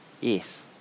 Yes